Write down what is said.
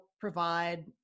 provide